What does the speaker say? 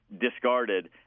discarded